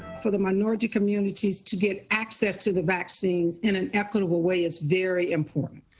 for the minority communities to get access to the vaccine in an equitable way is very important.